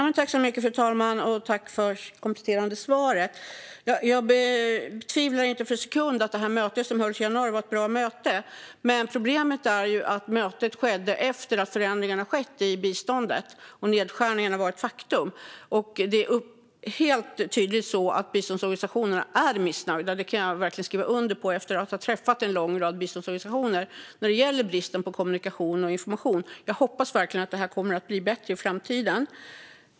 Fru talman! Jag tackar statsrådet för det kompletterande svaret. Jag betvivlar inte för en sekund att det möte som hölls i januari var bra. Problemet är ju att mötet skedde efter att förändringarna i biståndet skett. Nedskärningarna var redan ett faktum. Det är helt tydligt att biståndsorganisationerna är missnöjda. Detta kan jag verkligen skriva under på efter att ha träffat en lång rad biståndsorganisationer. Det gäller bristen på kommunikation och information. Jag hoppas verkligen att det här kommer att bli bättre i framtiden.